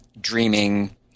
dreaming